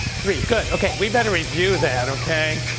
three. good okay we better review that okay?